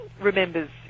remembers